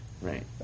Right